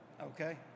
okay